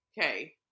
Okay